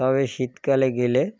তবে শীতকালে গেলে